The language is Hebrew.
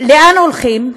לאן הולכים?